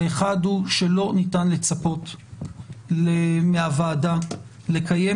האחד הוא שלא ניתן לצפות מהוועדה לקיים